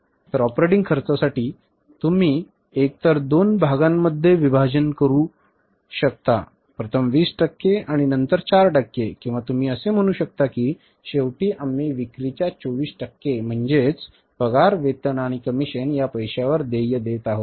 तर ऑपरेटिंग खर्चासाठी तुम्ही एकतर दोन भागामध्ये विभाजन करू शकता प्रथम २० टक्के आणि नंतर 4 टक्के किंवा तुम्ही असे म्हणू शकता की शेवटी आम्ही विक्रीच्या 24 टक्के म्हणजेच पगार वेतन आणि कमिशन या पैशावर देय देत आहोत